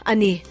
Ani